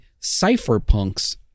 cypherpunks